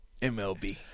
MLB